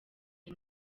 iyi